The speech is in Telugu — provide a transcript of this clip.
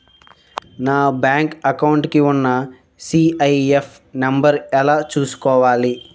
నా బ్యాంక్ అకౌంట్ కి ఉన్న సి.ఐ.ఎఫ్ నంబర్ ఎలా చూసుకోవాలి?